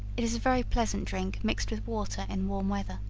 it is a very pleasant drink mixed with water in warm weather.